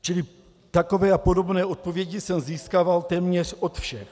Čili takové a podobné odpovědi jsem získal téměř od všech.